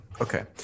Okay